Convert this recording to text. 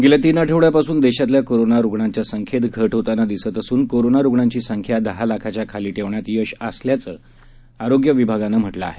गेल्या तीन आठवड्यांपासून देशातल्या कोरोनारुग्णांच्या संख्येत घट होतांना दिसत असून कोरोनारुग्णांची संख्या दहा लाखाच्या खाली ठेवण्यात यश आलं असल्याचं आरोग्य विभागानं म्हटलं आहे